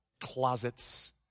closets